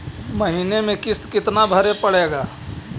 महीने में किस्त कितना भरें पड़ेगा?